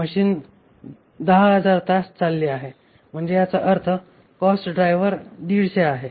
machine 10000 तास चालली आहे म्हणजे याचा अर्थ येथे कॉस्ट ड्रायव्हर 150 आहे